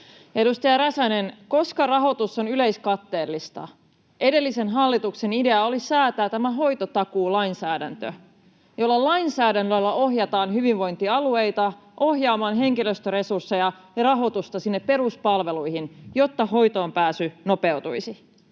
Edustaja Räsänen: Koska rahoitus on yleiskatteellista, edellisen hallituksen idea oli säätää tämä hoitotakuulainsäädäntö, [Krista Kiuru: Näin on!] jolloin lainsäädännöllä ohjataan hyvinvointialueita ohjaamaan henkilöstöresursseja ja rahoitusta sinne peruspalveluihin, jotta hoitoonpääsy nopeutuisi.